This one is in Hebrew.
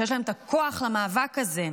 שיש להם את הכוח למאבק הזה.